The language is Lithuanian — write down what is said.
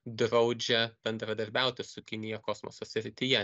draudžia bendradarbiauti su kinija kosmoso srityje